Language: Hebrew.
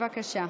בבקשה.